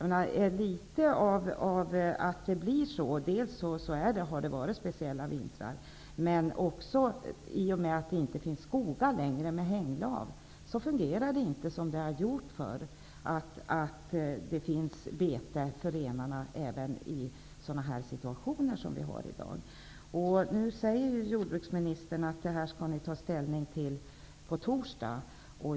En orsak till att det blir så är att det har varit speciella vintrar. Men det beror också på att det inte längre finns skogar med hänglav. Det gör att det inte fungerar som det har gjort förut, dvs. att det finns bete för renarna i sådana situationer som vi har i dag. Nu säger jordbruksministern att regeringen skall ta ställning till detta på torsdag.